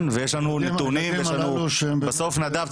בסוף נדב,